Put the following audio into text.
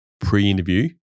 pre-interview